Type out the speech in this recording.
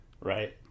Right